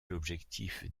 l’objectif